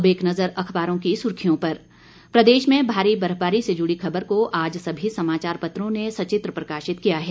अब एक नज़र अखबारों की सुर्खियों पर प्रदेश में भारी बर्फबारी से जुड़ी खबर को आज सभी समाचार पत्रों ने सचित्र प्रकाशित किया है